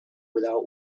without